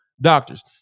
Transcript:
doctors